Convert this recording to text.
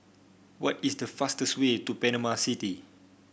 what is the fastest way to Panama City